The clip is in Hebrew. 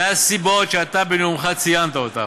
מהסיבות שאתה בנאומך ציינת אותן: